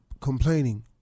complaining